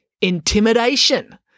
Intimidation